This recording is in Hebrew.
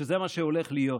שזה מה שהולך להיות,